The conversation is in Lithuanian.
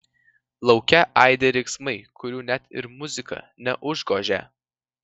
lauke aidi riksmai kurių net ir muzika neužgožia